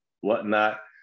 whatnot